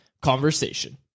Conversation